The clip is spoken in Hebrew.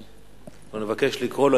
אנחנו נבקש לקרוא לו,